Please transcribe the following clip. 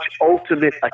ultimate